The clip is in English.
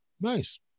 Nice